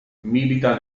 milita